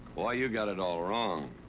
boy, you got it all wrong.